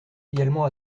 également